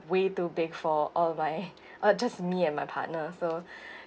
way too big for all my uh just me and my partner so